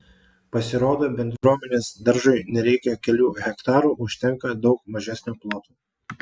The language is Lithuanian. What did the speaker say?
pasirodo bendruomenės daržui nereikia kelių hektarų užtenka daug mažesnio ploto